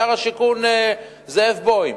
שר השיכון זאב בוים,